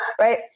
right